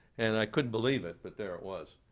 and i couldn't believe it, but there it was.